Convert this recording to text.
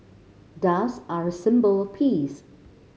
doves are a symbol of peace